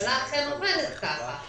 והממשלה אכן עובדת ככה.